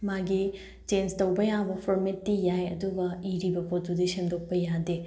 ꯃꯥꯒꯤ ꯆꯦꯟꯁ ꯇꯧꯕ ꯌꯥꯕ ꯐꯣꯔꯃꯦꯠꯇꯤ ꯌꯥꯏ ꯑꯗꯨꯒ ꯏꯔꯤꯕ ꯄꯣꯠꯇꯨꯗꯤ ꯁꯦꯝꯗꯣꯛꯄ ꯌꯥꯗꯦ